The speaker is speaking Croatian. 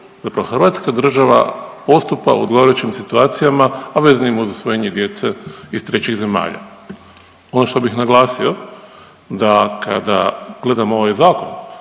hrvatska država postupa u odgovarajućim situacijama, a vezanim uz usvojenje djece iz trećih zemalja. Ono što bih naglasio da kada gledamo ovaj Zakon